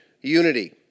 unity